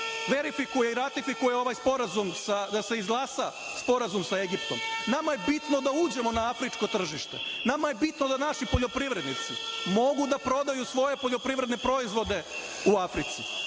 verifikuje i ratifikuje ovaj sporazum, da se izglasa Sporazum sa Egiptom. Nama je bitno da uđemo na afričko tržište. Nama je bitno da naši poljoprivrednici mogu da prodaju svoje poljoprivredne proizvode u Africi.